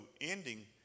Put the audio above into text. ending